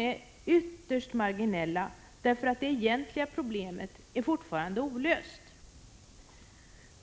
är ytterst marginella. Det egentliga problemet är fortfarande olöst.